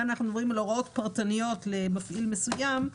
כאן אנחנו מדברים על הוראות פרטניות למפעיל מסוים,